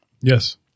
yes